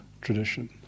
tradition